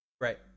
right